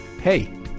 Hey